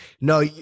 no